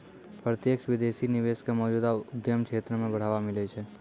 प्रत्यक्ष विदेशी निवेश क मौजूदा उद्यम क्षेत्र म बढ़ावा मिलै छै